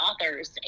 authors